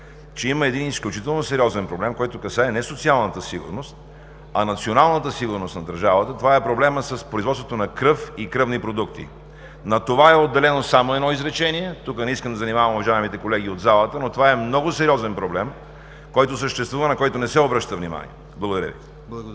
че има един изключително сериозен проблем, който касае не социалната сигурност, а националната сигурност на държавата и това е проблемът с производството на кръв и кръвни продукти. На това е отделено само едно изречение. Тук не искам да занимавам с това уважаемите колеги от залата, но това е много сериозен проблем, който съществува и на който не се обръща внимание. Благодаря Ви.